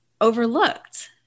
overlooked